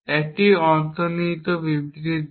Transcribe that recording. একটি অন্তর্নিহিত বিবৃতির দিক